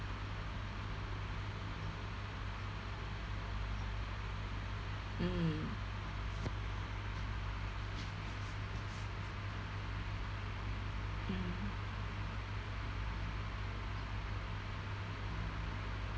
mm